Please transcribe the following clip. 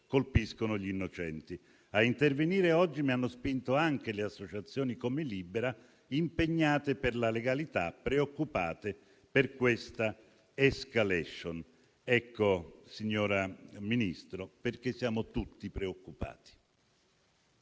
colpiscono gli innocenti. A intervenire oggi mi hanno spinto anche associazioni come Libera, impegnate per la legalità, preoccupate per questa *escalation*. Ecco, signor Ministro, perché siamo tutti preoccupati.